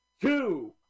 two